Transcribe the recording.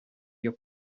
your